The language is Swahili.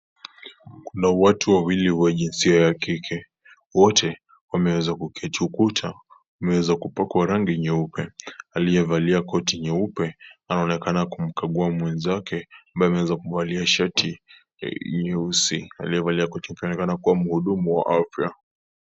Kuna watu wawili wenye jinsia ya kike. Wote wameweza kuketi. Ukuta umeweza kupakwa rangi nyeupe. Aliyevalia koti nyeupe anaonekana kumkagua mwenzake ambaye ameweza kuvalia shati nyeusi. Aliyevalia koti kaonekana kuwa mhudumu wa afya.